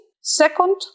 Second